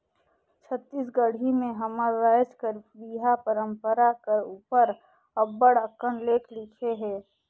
छत्तीसगढ़ी में हमर राएज कर बिहा परंपरा कर उपर अब्बड़ अकन लेख लिखे हे